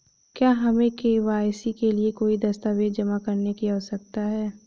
क्या हमें के.वाई.सी के लिए कोई दस्तावेज़ जमा करने की आवश्यकता है?